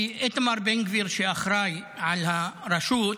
כי איתמר בן גביר, שאחראי לרשות,